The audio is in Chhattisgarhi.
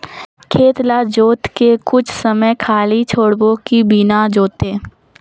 खेत ल जोत के कुछ समय खाली छोड़बो कि बिना जोते?